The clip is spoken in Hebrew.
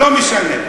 לא משנה.